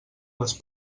les